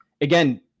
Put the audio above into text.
again